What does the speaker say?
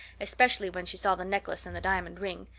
especially when she saw the necklace and the diamond ring.